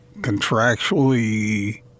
contractually